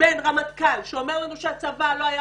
בין רמטכ"ל שאומר שהצבא מוכן היום למלחמה